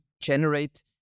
generate